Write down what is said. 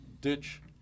ditch